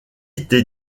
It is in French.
été